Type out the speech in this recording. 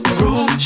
room